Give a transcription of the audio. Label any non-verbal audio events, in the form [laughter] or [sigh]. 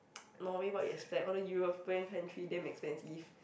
[noise] Norway what you expect all the European country damn expensive